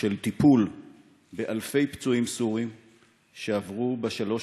של טיפול באלפי פצועים סורים שעברו בשלוש